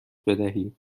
بدهید